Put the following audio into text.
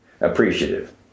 appreciative